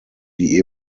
die